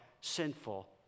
sinful